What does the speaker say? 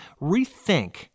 rethink